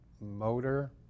motor